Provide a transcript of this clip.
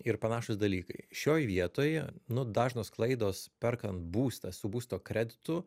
ir panašūs dalykai šioj vietoje nu dažnos klaidos perkant būstą su būsto kreditu